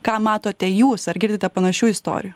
ką matote jūs ar girdite panašių istorijų